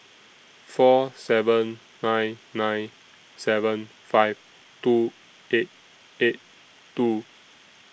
four seven nine nine seven five two eight eight two